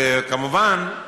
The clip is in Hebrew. וכמובן,